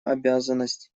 обязанность